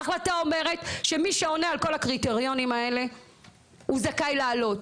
ההחלטה אומרת שמי שעונה על כל הקריטריונים האלה הוא זכאי לעלות.